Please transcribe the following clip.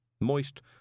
Moist